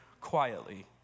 quietly